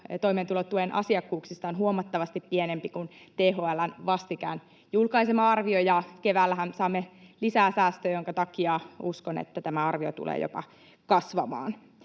toimeentulotuen asiakkuuksista on kyllä huomattavasti pienempi kuin THL:n vastikään julkaisema arvio, ja keväällähän saamme lisää säästöjä, minkä takia uskon, että tämä arvio tulee jopa kasvamaan.